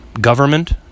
government